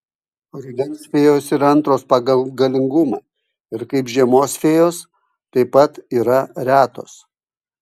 rudens fėjos yra antros pagal galingumą ir kaip žiemos fėjos taip pat yra retos